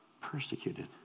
persecuted